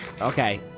Okay